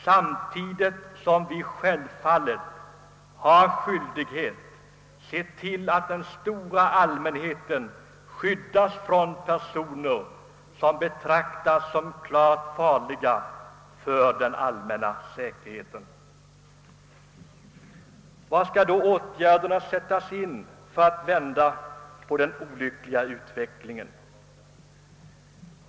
Samtidigt har vi självfallet skyldighet att se till, att den stora allmänheten skyddas mot personer som betraktas som klart farliga för den allmänna säkerheten. Var skall då åtgärderna sättas in för att den olyckliga utvecklingen skall kunna ändras?